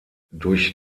durch